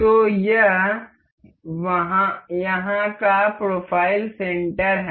तो यह यहां का प्रोफाइल सेंटर है